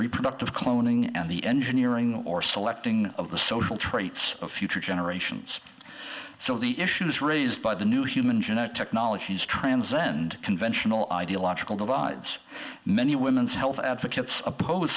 reproductive cloning and the engineering or selecting of the social traits of future generations so the issues raised by the new human genetic technologies transcend conventional ideological divides many women's health advocates oppose